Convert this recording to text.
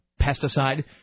pesticide